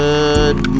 Good